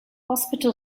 hospital